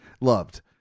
loved